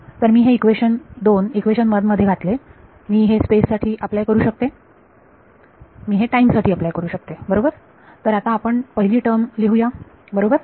तर मी हे इक्वेशन दोन इक्वेशन वन मध्ये घातले मी हे स्पेस साठी अप्लाय करू शकते मी हे टाईम साठी अप्लाय करू शकते बरोबर तर आता आपण पहिली टर्म लिहूया बरोबर